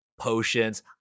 potions